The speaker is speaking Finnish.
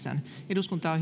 eduskunta